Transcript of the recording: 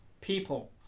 people